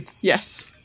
Yes